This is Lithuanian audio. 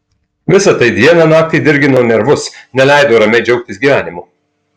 visa tai dieną naktį dirgino nervus neleido ramiai džiaugtis gyvenimu